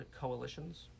coalitions